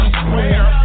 square